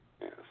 Yes